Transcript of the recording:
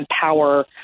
power